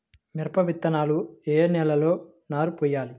మిరప విత్తనాలు ఏ నెలలో నారు పోయాలి?